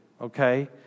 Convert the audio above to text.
okay